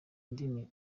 ndimi